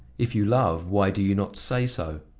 if you love, why do you not say so?